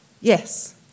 Yes